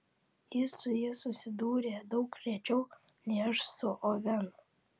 jis su ja susidūrė daug rečiau nei aš su ovenu